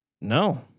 no